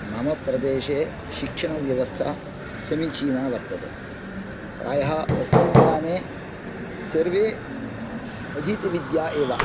मम प्रदेशे शिक्षणव्यवस्था समीचीना वर्तते प्रायः अस्मिन् ग्रामे सर्वे अधीतविद्या एव